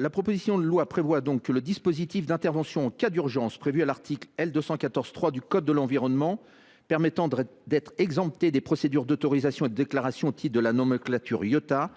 La proposition de loi complète le dispositif d’intervention en cas d’urgence, prévu à l’article L. 214 3 du code de l’environnement et permettant d’être exempté des procédures d’autorisation et de déclaration au titre de la nomenclature Iota,